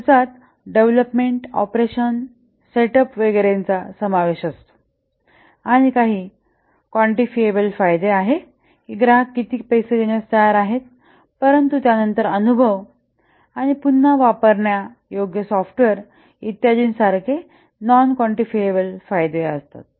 खर्चात development operation setup वगैरे चा समावेश असतो आणि काही क्वान्टिफिअब्ल फायदे आहे की ग्राहक किती पैसे देण्यास तयार आहे परंतु त्यानंतर अनुभव पुन्हा वापरण्यायोग्य सॉफ्टवेअर इत्यादींसारखे अविरत फायदे होतात